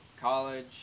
college